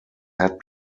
had